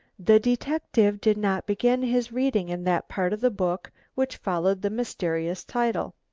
the detective did not begin his reading in that part of the book which followed the mysterious title,